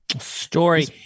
Story